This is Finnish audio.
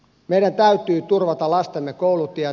meidän täytyy turvata lastemme koulutiet